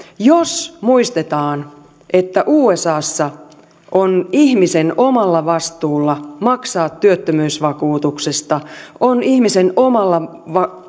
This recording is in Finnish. jos muistetaan että usassa on ihmisen omalla vastuulla maksaa työttömyysvakuutuksesta on ihmisen omalla